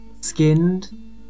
skinned